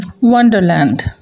Wonderland